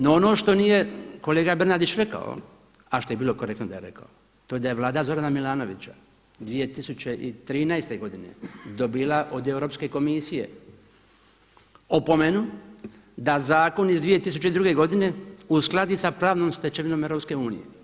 No ono što nije kolega Bernardić rekao a što je bilo korektno da je rekao, to da je Vlada Zorana Milanovića 2013. godine dobila od Europske komisije opomenu da Zakon iz 2002. godine uskladi sa pravnom stečevinom EU.